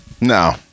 No